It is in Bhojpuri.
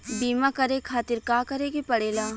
बीमा करे खातिर का करे के पड़ेला?